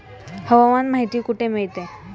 हवामान माहिती कुठे मिळते?